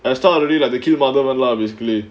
long it's I really like to kill mother lah basically